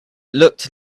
looked